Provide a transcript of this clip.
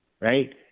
right